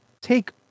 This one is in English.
take